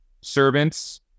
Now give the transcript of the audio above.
servants